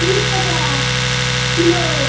তিরিশ টাকা কিলো